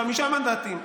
חמישה מנדטים.